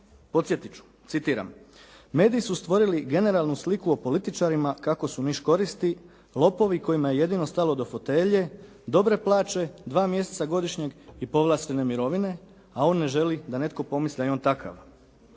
Podsjetit ću, citiram: "Mediji su stvorili generalnu sliku o političarima kako su niš koristi, lopovi kojima je jedino stalo do fotelje, dobre plaće, dva mjeseca godišnjeg i povlaštene mirovine." a on ne želi da netko pomisli da je on takav.